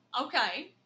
Okay